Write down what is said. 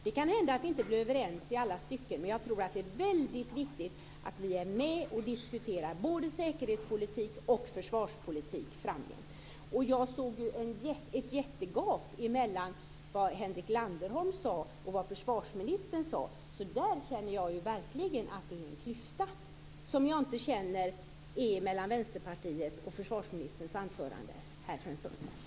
Det kan hända att vi inte blir överens i alla stycken, men jag tror att det är väldigt viktigt att vi är med och diskuterar både säkerhetspolitik och försvarspolitik framgent. Jag kände att det fanns ett jättegap mellan vad Henrik Landerholm sade och vad försvarsministern sade. Där känner jag verkligen att det är en klyfta. Den känner jag inte mellan Vänsterpartiets inställning och det försvarsministern anförde för en stund sedan.